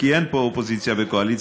כי אין פה אופוזיציה או קואליציה,